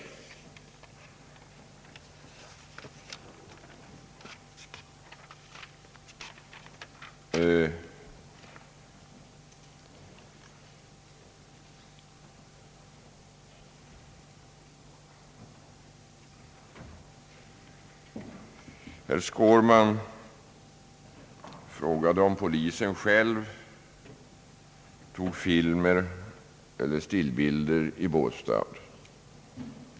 Herr Skårman frågade om polisen själv tog filmer eller stillbilder i Båstad.